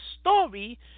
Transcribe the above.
story